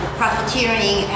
profiteering